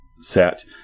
set